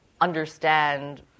understand